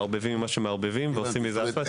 מערבבים אותו עם מה שמערבבים ועושים מזה אספלט.